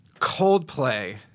Coldplay